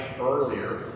earlier